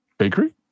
Bakery